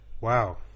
Wow